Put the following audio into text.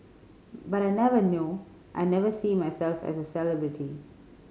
but I never know I never see myself as a celebrity